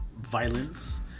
violence